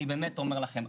אני באמת אומר לכם,